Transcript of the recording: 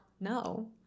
No